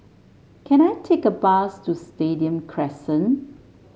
can I take a bus to Stadium Crescent